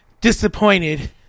disappointed